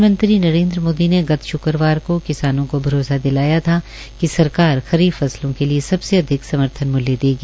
प्रधानमंत्री नरेन्द्र मोदी ने गत श्क्रवार को किसानों को भरोसा दिलाया कि सरकार खरीफ फसलों के लिए सबसे अधिक समर्थन मूल्य देगी